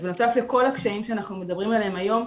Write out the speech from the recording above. בנוסף לכל הקשיים שאנחנו מדברים עליהם היום,